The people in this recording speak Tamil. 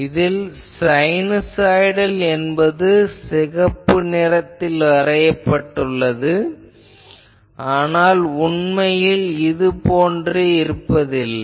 இதில் சைனுசாய்டல் என்பது சிகப்பு நிறத்தில் வரையப்பட்டுள்ளது ஆனால் உண்மையில் இதே போன்று இருப்பதில்லை